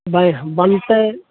बनतै